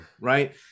right